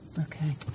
Okay